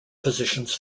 positions